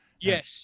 Yes